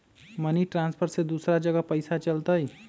Money transfer से दूसरा जगह पईसा चलतई?